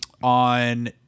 on